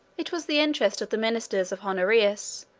it was the interest of the ministers of honorius,